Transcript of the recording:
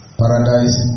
paradise